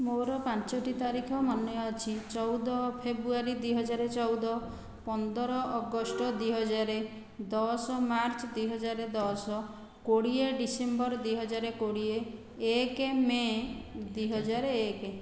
ମୋର ପାଞ୍ଚୋଟି ତାରିଖ ମାନେ ଅଛି ଚଉଦ ଫେବୃଆରୀ ଦୁଇ ହଜାର ଚଉଦ ପନ୍ଦର ଅଗଷ୍ଟ ଦୁଇ ହଜାର ଦଶ ମାର୍ଚ୍ଚ ଦୁଇ ହଜାର ଦଶ କୋଡ଼ିଏ ଡିସେମ୍ବର ଦୁଇ ହଜାର କୋଡ଼ିଏ ଏକ ମେ ଦୁଇ ହଜାରେ ଏକ